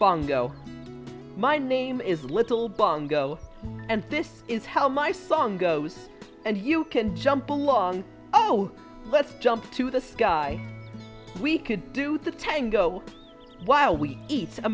bongo my name is little bongo and this is how my song goes and you can jump along oh let's jump to the sky we could do the tango while we eat a